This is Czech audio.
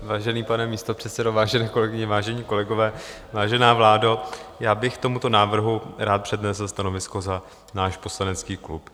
Vážený pane místopředsedo, vážené kolegyně, vážení kolegové, vážená vládo, já bych k tomuto návrhu rád přednesl stanovisko za náš poslanecký klub.